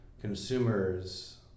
consumers